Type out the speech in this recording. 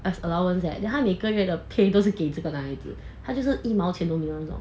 as allowance leh then 他每个月的 pay 都是给这个男孩子他就是一毛钱都没有那种